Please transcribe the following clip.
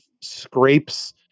scrapes